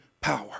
power